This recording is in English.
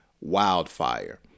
wildfire